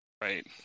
right